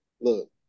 Look